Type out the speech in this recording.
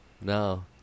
no